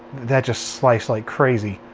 that just sliced like crazy,